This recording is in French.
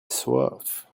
soif